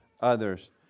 others